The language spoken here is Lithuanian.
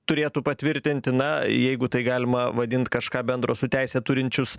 turėtų patvirtinti na jeigu tai galima vadint kažką bendro su teise turinčius